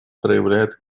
проявляет